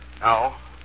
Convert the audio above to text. Now